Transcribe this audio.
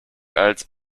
als